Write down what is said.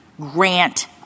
grant